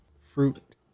fruit